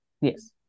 Yes